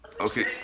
Okay